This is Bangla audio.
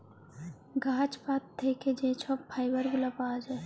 গাহাচ পাত থ্যাইকে যে ছব ফাইবার গুলা পাউয়া যায়